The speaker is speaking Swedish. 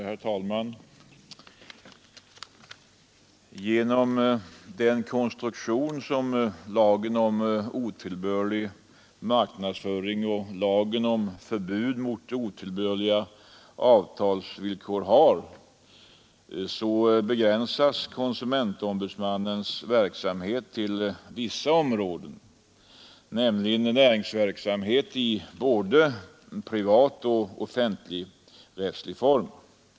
Herr talman! Genom den konstruktion som lagen om otillbörlig marknadsföring och lagen om förbud mot otillbörliga avtalsvillkor har begränsas konsumentombudsmannens verksamhet till vissa områden, nämligen näringsverksamhet i både privatoch offentligrättslig form.